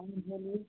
और बोलिए